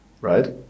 right